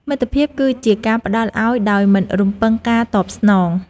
មិត្តភាពគឺជាការផ្ដល់ឱ្យដោយមិនរំពឹងការតបស្នង។